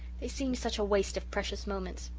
they seemed such a waste of precious moments.